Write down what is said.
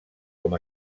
com